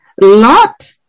Lot